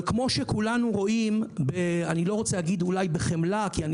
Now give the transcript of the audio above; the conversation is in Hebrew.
אבל כמו שכולנו רואים אני לא רוצה לומר אולי בחמלה כי אני